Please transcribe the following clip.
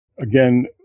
again